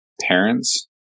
parents